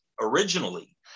originally